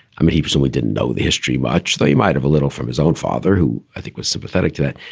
i mean, he was and we didn't know the history much, though. you might have a little from his own father, who i think was sympathetic to it.